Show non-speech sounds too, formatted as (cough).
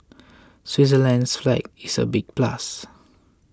(noise) Switzerland's flag is a big plus